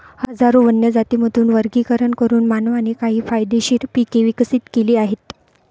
हजारो वन्य जातींमधून वर्गीकरण करून मानवाने काही फायदेशीर पिके विकसित केली आहेत